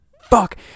fuck